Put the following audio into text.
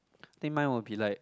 think mine will be like